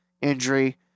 Injury